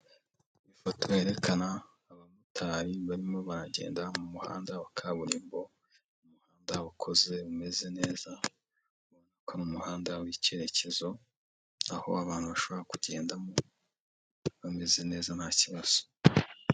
ifoto yerekana abamotari barimo baragenda mu muhanda wa kaburimbo, umuhanda ukoze umeze neza, ubona ko ari muhanda w'icyerekezo aho abantu bashobora kugenda mo bameze neza nta kibazo.